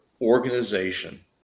organization